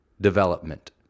development